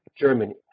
Germany